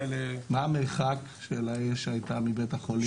ל- --- מה המרחק של האש שהייתה מבית החולים?